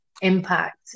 impact